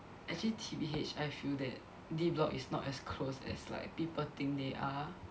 actually T_B_H I feel that D block is not as close as like people think they are